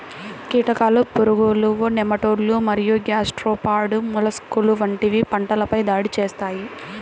కీటకాలు, పురుగులు, నెమటోడ్లు మరియు గ్యాస్ట్రోపాడ్ మొలస్క్లు వంటివి పంటలపై దాడి చేస్తాయి